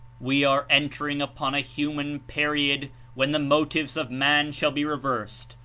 we are entering upon a human period when the motives of man shall be reversed,